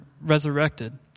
resurrected